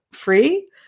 Free